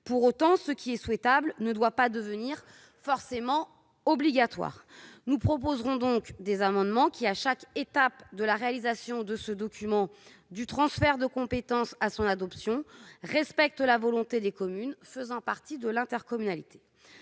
Pour autant, ce qui est souhaitable ne doit pas devenir forcément obligatoire. Nous proposerons donc des amendements qui, à chaque étape de la réalisation de ce document, du transfert de compétence à son adoption, tendent à faire respecter la volonté des communes membres de l'intercommunalité.